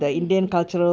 yes they do